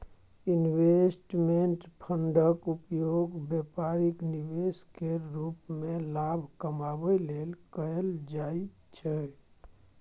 investment फंडक उपयोग बेपारिक निवेश केर रूप मे लाभ कमाबै लेल कएल जाइ छै